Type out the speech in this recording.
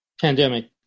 pandemic